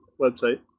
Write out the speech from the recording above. website